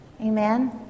Amen